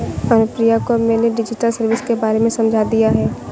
अनुप्रिया को मैंने digital service के बारे में समझा दिया है